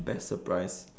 best surprise